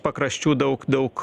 pakraščių daug daug